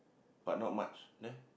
but not much there